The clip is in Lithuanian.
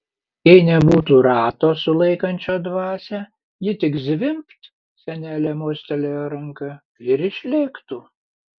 jei nebūtų rato sulaikančio dvasią ji tik zvimbt senelė mostelėjo ranka ir išlėktų